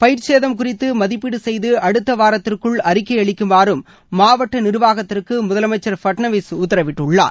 பயிர்ச்சேதம் குறித்து மதிப்பீடு செய்து அடுத்த வாரத்திற்குள் அறிக்கை அளிக்குமாறும் மாவட்ட நிர்வாகத்திற்கு முதலமைச்சர் ஃபட்ளாவிஸ் உத்தரவிட்டுள்ளார்